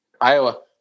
Iowa